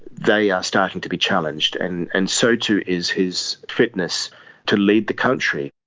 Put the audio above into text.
they are starting to be challenged, and and so too is his fitness to lead the country.